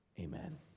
Amen